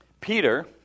Peter